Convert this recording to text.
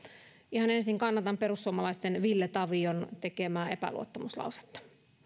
ihan ensin kannatan perussuomalaisten ville tavion tekemää epäluottamuslausetta